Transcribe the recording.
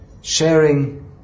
sharing